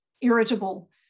irritable